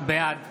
בעד